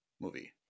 movie